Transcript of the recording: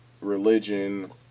religion